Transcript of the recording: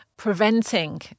preventing